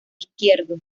izquierdo